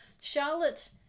Charlotte